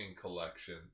collection